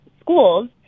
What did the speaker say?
schools